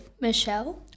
Michelle